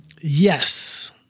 Yes